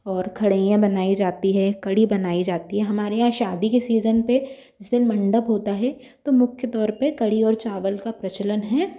और खरैयाँ बनाई जाती हैं कढ़ी बनाई जाती है हमारे यहाँ शादी के सीज़न पे जैसे मंडप होता है तो मुख्य द्वार पे कढ़ी और चावल का प्रचलन है